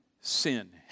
sin